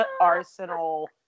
arsenal